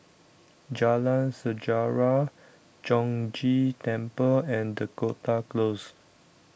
Jalan Sejarah Chong Ghee Temple and Dakota Close